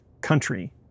country